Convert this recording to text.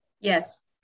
Yes